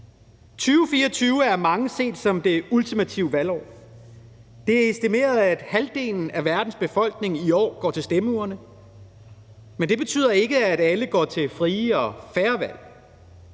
2024 er af mange set som det ultimative valgår. Det er estimeret, at halvdelen af verdens befolkning i år går til stemmeurnerne, men det betyder ikke, at alle går til frie og fair valg.